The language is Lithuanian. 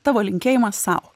tavo linkėjimas sau